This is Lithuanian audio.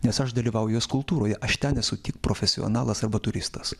nes aš dalyvauju jos kultūroje aš ten esu tik profesionalas arba turistas